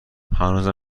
هنوزم